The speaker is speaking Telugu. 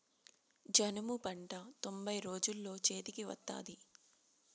జనుము పంట తొంభై రోజుల్లో చేతికి వత్తాది